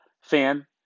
fan